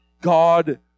God